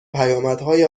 پیامدهای